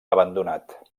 abandonat